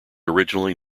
originally